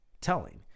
telling